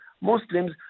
Muslims